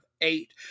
eight